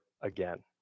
again